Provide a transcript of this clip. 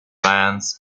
vans